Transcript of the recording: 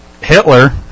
Hitler